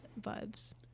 vibes